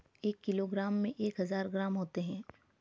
एक किलोग्राम में एक हजार ग्राम होते हैं